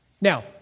now